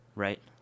Right